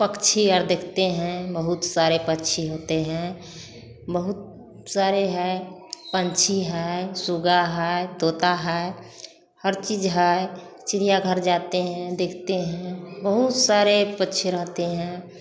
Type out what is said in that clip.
पक्षी हर दिखते हैं बहुत सारे पक्षी होते हैं बहुत सारे हैं पंछी हैं सुगा है तोता है हर चीज़ है चिड़ियाघर जाते हैं देखते हैं बहुत सारे पक्षी होते हैं